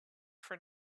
for